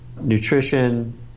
nutrition